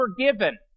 forgiven